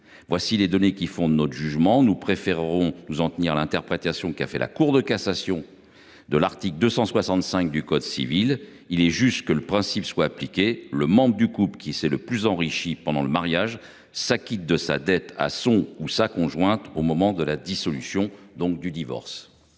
Voilà les données qui fondent notre jugement. Nous préférons nous en tenir à l’interprétation que la Cour de cassation a donnée de l’article 265 du code civil. Il est juste que ce principe soit appliqué : le membre du couple qui s’est le plus enrichi pendant le mariage s’acquitte de sa dette à l’égard de son conjoint ou de sa conjointe au moment de la dissolution du mariage, donc du divorce.